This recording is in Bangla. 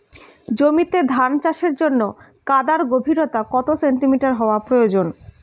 জমিতে ধান চাষের জন্য কাদার গভীরতা কত সেন্টিমিটার হওয়া প্রয়োজন?